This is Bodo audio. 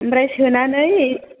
ओमफ्राय सोनानै